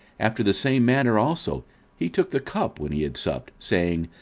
after the same manner also he took the cup, when he had supped, saying,